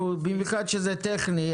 במיוחד שזה טכני.